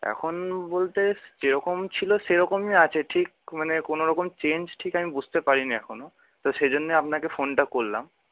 এখন বলতে যেরকম ছিল সেরকমই আছে ঠিক মানে কোনোরকম চেঞ্জ ঠিক আমি বুঝতে পারিনি এখনও তো সেজন্যে আপনাকে ফোনটা করলাম